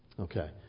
Okay